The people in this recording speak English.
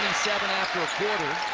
seven after a quarter.